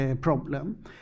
problem